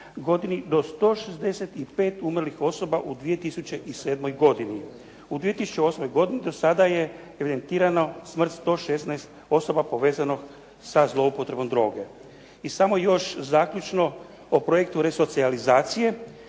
godini do 165 umrlih osoba u 2007. godini. U 2008. godini do sada je evidentirano smrt 116 osoba povezano sa zloupotrebom droge. I samo još zaključno o projektu resocijalizacije.